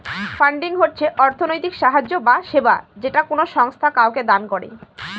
funding হচ্ছে অর্থনৈতিক সাহায্য বা সেবা যেটা কোনো সংস্থা কাউকে দান করে